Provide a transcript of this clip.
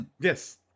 Yes